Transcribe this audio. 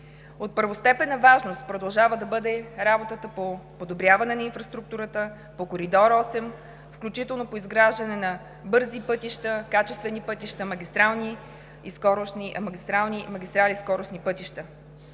От първостепенна важност продължава да бъде работата по подобряване на инфраструктурата, по Коридор 8, включително по изграждане на бързи, качествени пътища, магистрали и скоростни пътища.